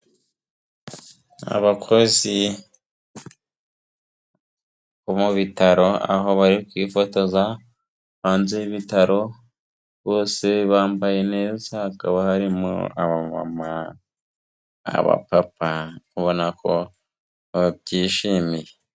Abakozi bo mu bitaro, aho bari kwifotoza hanze y'ibitaro bose bambaye neza, hakaba harimo abamama, abapapa, ubona ko babyishimiye.